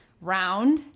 round